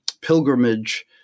pilgrimage